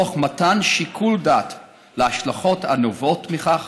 תוך מתן שיקול דעת להשלכות הנובעות מכך,